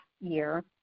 year